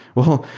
well,